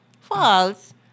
False